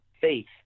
Faith